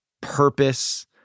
purpose